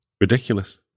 Ridiculous